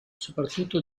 soprattutto